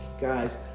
guys